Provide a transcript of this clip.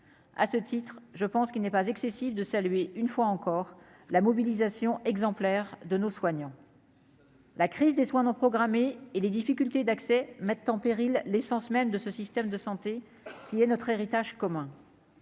à ce titre, je pense qu'il n'est pas excessif de saluer une fois encore la mobilisation exemplaire de nos soignants. La crise des soins non programmés et les difficultés d'accès mettent en péril l'essence même de ce système de santé qui est notre héritage commun,